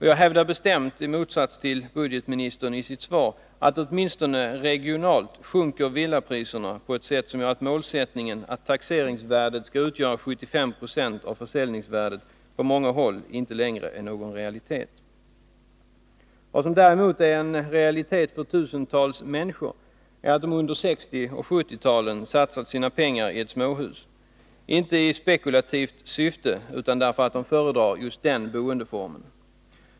Jag hävdar bestämt, i motsats till vad budgetministern gör i sitt svar, att villapriserna åtminstone regionalt sjunker på ett sätt som gör att målsättningen att taxeringsvärdet skall utgöra 75 2 av försäljningsvärdet på många håll inte längre är någon realitet. Vad som däremot är en realitet för tusentals människor är att de under 1960 och 1970-talen satsat sina pengar i ett småhus — inte i spekulativt syfte utan därför att de föredrar den boendeformen.